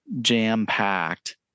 jam-packed